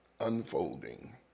unfolding